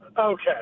Okay